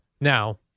Now